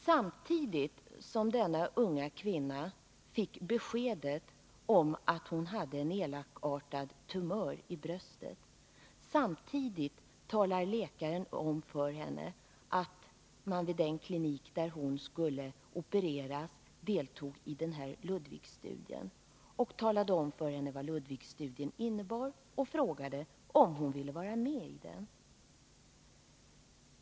Samtidigt som denna unga kvinna fick beskedet om att hon hade en elakartad tumör i bröstet talade läkaren om för henne att man vid den klinik där hon skulle opereras deltar i den s.k. Ludwigstudien. Läkaren talade om vad Ludwigstudien innebar och frågade om hon ville vara med i den.